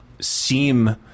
seem